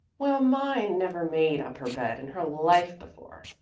well, mine never made up her bed in her life before,